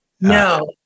No